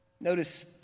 Notice